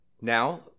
Now